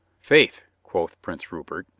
faith, quoth prince rupert,